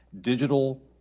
Digital